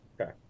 Okay